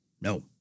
No